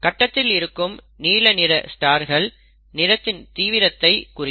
கட்டத்தில் இருக்கும் நீல நிற ஸ்டார்கள் நிறத்தின் தீவிரத்தை குறிக்கும்